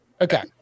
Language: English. Okay